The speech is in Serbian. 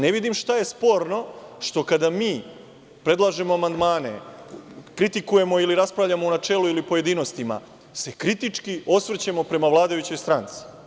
Ne vidim šta je ovde sporno da kada mi predlažemo amandmane, kritikujemo ili raspravljamo u načelu ili pojedinostima se kritički osvrćemo prema vladajućoj stranci.